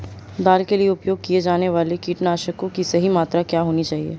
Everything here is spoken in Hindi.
दाल के लिए उपयोग किए जाने वाले कीटनाशकों की सही मात्रा क्या होनी चाहिए?